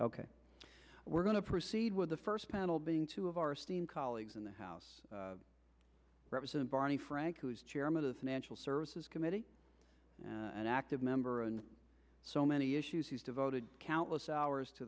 ok we're going to proceed with the first panel being two of our esteemed colleagues in the house represent barney frank who is chairman of the financial services committee an active member and so many issues he's devoted countless hours to